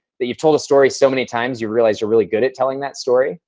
that you've told a story so many times, you realize you're really good at telling that story.